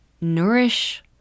nourish